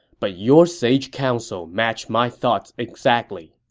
but your sage counsel match my thoughts exactly.